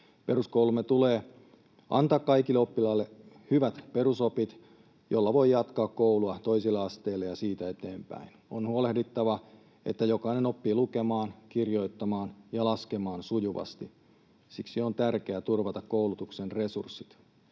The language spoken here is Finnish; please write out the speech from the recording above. Peruskoulumme tulee antaa kaikille oppilaille hyvät perusopit, joilla voi jatkaa koulua toiselle asteelle ja siitä eteenpäin. On huolehdittava, että jokainen oppii lukemaan, kirjoittamaan ja laskemaan sujuvasti. Siksi on tärkeää turvata koulutuksen resurssit.